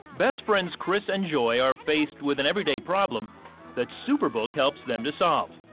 best friends chris and joy are faced with an everyday problem that superbook helps them to solve.